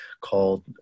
called